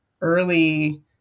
early